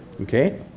Okay